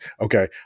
Okay